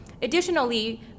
Additionally